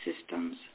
systems